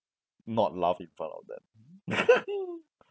not laugh in front of them